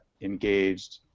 engaged